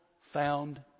found